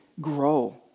grow